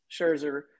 Scherzer